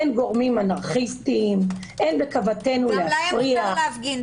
אין גורמים אנרכיסטיים --- גם להם מותר להפגין,